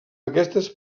aquestes